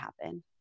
happen